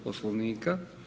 Poslovnika.